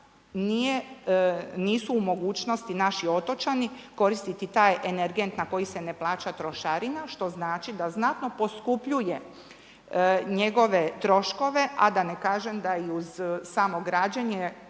nisu u mogućnosti naši otočani koristiti taj energent na koji se ne plaća trošarina što znači da znatno poskupljuje njegove troškove a da ne kažem da i uz samo građenje,